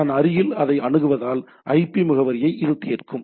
நான் அருகில் அதை அணுகுவதால் ஐபி முகவரியை இது தீர்க்கும்